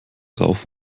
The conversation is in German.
rauf